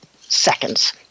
seconds